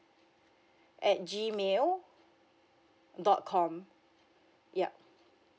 at G mail dot com yup